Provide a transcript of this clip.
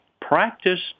Practice